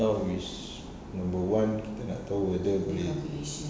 now is number one kita nak tahu whether boleh